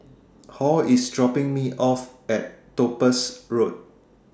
Hall IS dropping Me off At Topaz Road